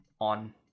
on